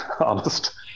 honest